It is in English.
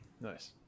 Nice